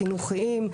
חינוכיים.